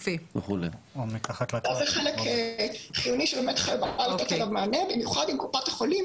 חלק חיוני למענה במיוחד אם קופת החולים